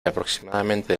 aproximadamente